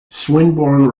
swinburne